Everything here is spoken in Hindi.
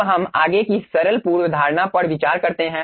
अब हम आगे की सरल पूर्वधारणा पर विचार करते हैं